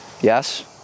Yes